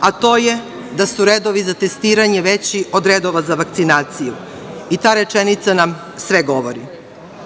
a to je da su redovi za testiranje veći od redova za vakcinaciju. Ta rečenica nam sve govori. Kovid